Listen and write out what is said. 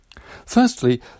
Firstly